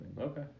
Okay